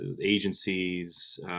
agencies